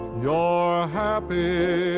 your happy,